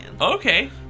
Okay